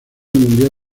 mundial